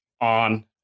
on